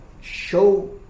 show